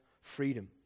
freedom